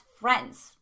friends